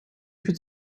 could